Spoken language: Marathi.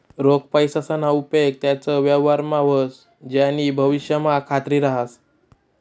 रोख पैसासना उपेग त्याच व्यवहारमा व्हस ज्यानी भविष्यमा खात्री रहास